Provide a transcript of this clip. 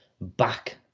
back